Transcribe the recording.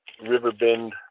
Riverbend